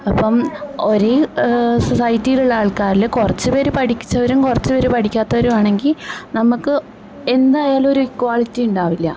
അപ്പം ഒരേ സൊസൈറ്റിലുള്ള ആൾക്കാരിൽ കുറച്ച് പേർ പഠിച്ചവരും കുറച്ച് പേർ പഠിക്കാത്തവരുവാണെങ്കിൽ നമുക്ക് എന്തായാലും ഒരു ഇക്വാളിറ്റിയുണ്ടാവില്ല